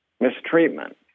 mistreatment